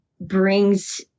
brings